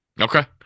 okay